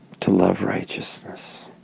to love righteousness